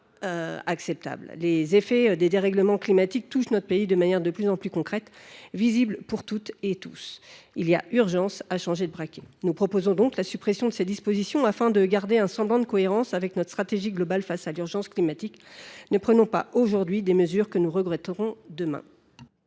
Les effets des dérèglements climatiques touchent notre pays de manière de plus en plus visible et concrète pour toutes et tous. Il y a urgence à changer de braquet. Nous proposons la suppression des alinéas 3 à 6 afin de garder un semblant de cohérence avec notre stratégie globale face à l’urgence climatique. Ne prenons pas aujourd’hui des mesures que nous regretterons demain